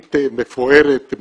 מכונית מפוארת,